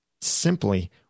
simply